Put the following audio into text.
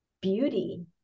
beauty